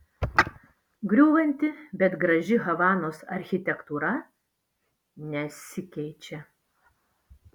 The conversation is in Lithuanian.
griūvanti bet graži havanos architektūra nesikeičia